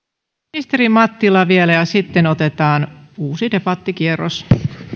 ministeri mattila vielä ja sitten otetaan uusi debattikierros